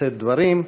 לשאת דברים,